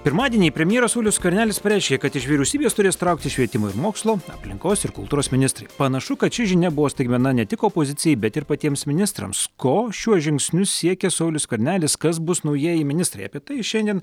pirmadienį premjeras saulius skvernelis pareiškė kad iš vyriausybės turės trauktis švietimo ir mokslo aplinkos ir kultūros ministrai panašu kad ši žinia buvo staigmena ne tik opozicijai bet ir patiems ministrams ko šiuo žingsniu siekia saulius skvernelis kas bus naujieji ministrai apie tai šiandien